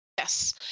Yes